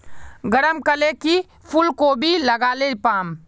गरम कले की फूलकोबी लगाले पाम?